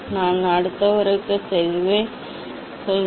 நான் அடுத்தவருக்குச் செல்வேன் ஆம் ஆனால் அவை மிகவும் நெருக்கமானவை